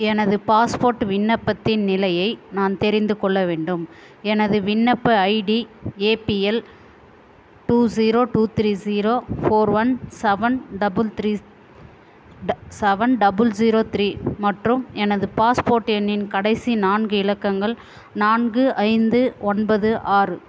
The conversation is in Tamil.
எனது பாஸ்போர்ட் விண்ணப்பத்தின் நிலையை நான் தெரிந்து கொள்ள வேண்டும் எனது விண்ணப்ப ID APL two zero two three zero four one seven double three ட செவன் டபுள் ஜீரோ த்ரீ மற்றும் எனது பாஸ்போர்ட் எண்ணின் கடைசி நான்கு இலக்கங்கள் நான்கு ஐந்து ஒன்பது ஆறு